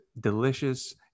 delicious